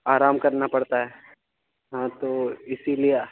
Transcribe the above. آرام کرنا پڑتا ہے ہاں تو اسی لیے